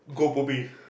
Goh-Bo-Peng